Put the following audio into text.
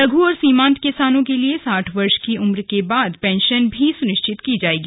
लघु और सीमान्त किसानों के लिए साठ वर्ष की उम्र के बाद पेंशन भी सुनिश्चित की जाएगी